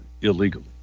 illegally